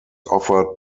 offered